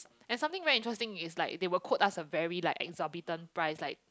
and something very interesting is like they will quote us a very like exorbitant price like